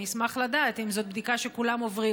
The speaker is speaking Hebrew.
אני אשמח לדעת אם זאת בדיקה שכולם עוברים